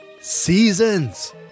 seasons